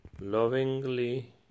Lovingly